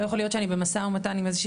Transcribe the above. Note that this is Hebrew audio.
לא יכול להיות שאני במשא ומתן עם איזושהי